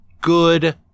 Good